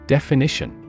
Definition